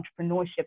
entrepreneurship